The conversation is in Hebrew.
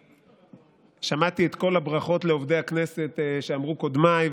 שמעתי את כל הברכות לעובדי הכנסת שאמרו קודמיי,